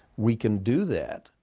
we can do that,